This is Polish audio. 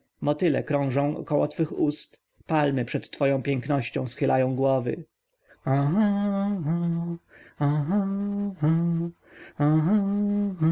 motyle krążą około twoich ust palmy przed twoją pięknością schylają głowy aha-a aha-a aha-a gdy